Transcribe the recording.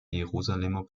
jerusalemer